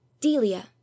Delia